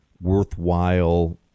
worthwhile